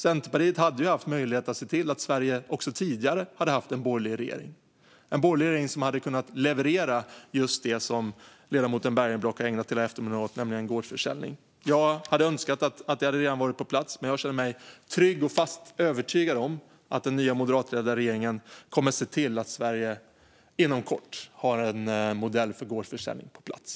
Centerpartiet hade möjlighet att se till att Sverige också tidigare hade haft en borgerlig regering som hade kunnat leverera just det som ledamoten Bergenblock har ägnat hela eftermiddagen åt, nämligen gårdsförsäljning. Jag hade önskat att det redan hade varit på plats. Men jag känner mig trygg och fast övertygad om att den nya moderatledda regeringen kommer att se till att Sverige inom kort har en modell för gårdsförsäljning på plats.